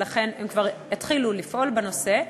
והם כבר התחילו לפעול בנושא,